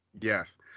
Yes